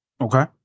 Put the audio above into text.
Okay